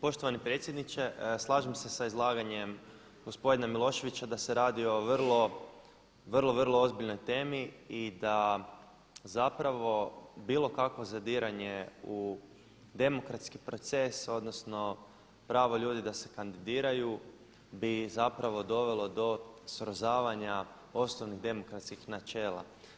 Poštovani predsjedniče, slažem se sa izlaganjem gospodina Miloševića da se radi o vrlo, vrlo, vrlo ozbiljnoj temi i da zapravo bilo kakvo zadiranje u demokratski proces, odnosno pravo ljudi da se kandidiraju bi zapravo dovelo do srozavanja osnovnih demokratskih načela.